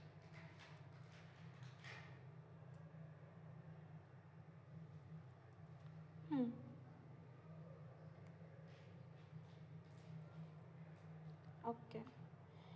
mm okay